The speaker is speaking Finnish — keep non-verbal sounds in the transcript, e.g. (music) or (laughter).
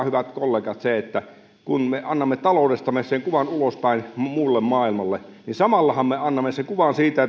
(unintelligible) hyvät kollegat se että kun me annamme taloudestamme kuvan ulospäin muulle maailmalle niin samallahan me annamme kuvan siitä (unintelligible)